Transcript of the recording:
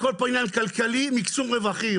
הכל פה עניין כלכלי של מקסום רווחים.